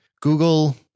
Google